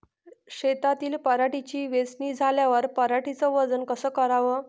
शेतातील पराटीची वेचनी झाल्यावर पराटीचं वजन कस कराव?